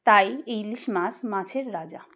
তাই ইলিশ মাছ মাছের রাজা